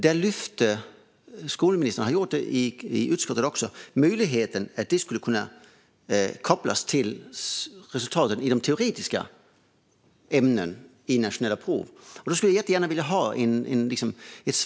Där lyfte skolministern möjligheten att det skulle kunna kopplas till resultatet i de teoretiska ämnenas nationella prov, och hon har även gjort det i utskottet.